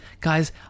Guys